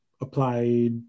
applied